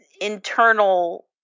internal